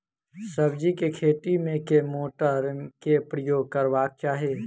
सब्जी केँ खेती मे केँ मोटर केँ प्रयोग करबाक चाहि?